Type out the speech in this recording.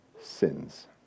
sins